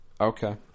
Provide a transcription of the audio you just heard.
Okay